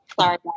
Sorry